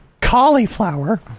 cauliflower